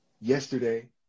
yesterday